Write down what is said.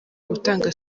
gutanga